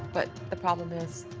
but the problem is,